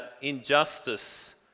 injustice